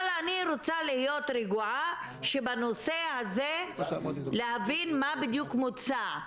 אבל אני רוצה להיות רגועה שבנושא הזה להבין מה בדיוק מוצע.